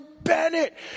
Bennett